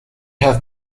have